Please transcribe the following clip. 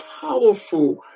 powerful